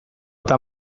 eta